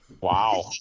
Wow